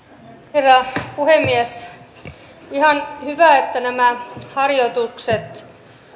herra puhemies ihan hyvä että nämä harjoitukset